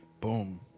boom